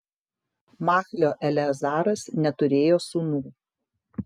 machlio eleazaras neturėjo sūnų